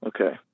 okay